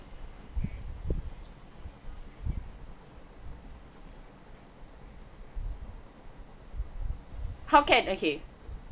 how can okay